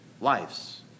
lives